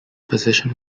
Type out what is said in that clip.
position